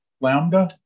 Lambda